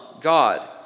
God